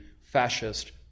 fascist